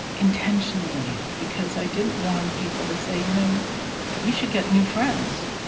intentionally, because i didn't want people to say, you know you you should get new friends.